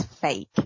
fake